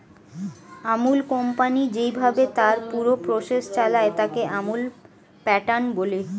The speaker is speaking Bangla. আমূল কোম্পানি যেইভাবে তার পুরো প্রসেস চালায়, তাকে আমূল প্যাটার্ন বলে